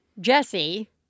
Jesse